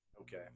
Okay